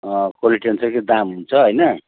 quality अनुसारकै दाम हुन्छ होइन